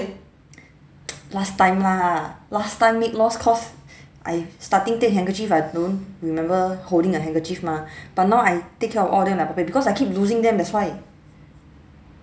last time lah last time make lost cause I starting take handkerchief I don't remember holding a handkerchief mah but now I take care of all of them like because I keep losing them that's why